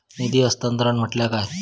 निधी हस्तांतरण म्हटल्या काय?